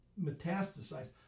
metastasize